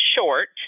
short